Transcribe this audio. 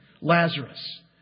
Lazarus